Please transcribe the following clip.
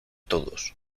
todos